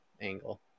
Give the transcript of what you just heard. angle